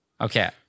okay